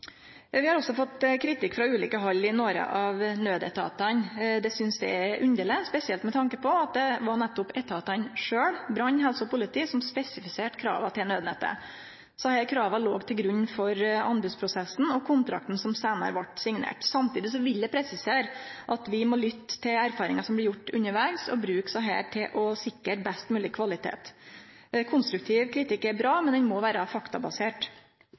Vi har også fått kritikk frå ulike hald i nokre av nødetatane. Det synest eg er underleg, spesielt med tanke på at det var nettopp etatane sjølve, brannvesenet, helsevesenet og politiet som spesifiserte krava til nødnettet. Desse krava låg til grunn for anbodsprosessen og kontrakten som seinare vart signert. Samtidig vil eg presisere at vi må lytte til erfaringane som ein gjer seg undervegs, og bruke desse til å sikre best mogleg kvalitet. Konstruktiv kritikk er bra, men han må vere faktabasert.